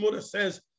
says